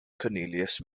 cornelius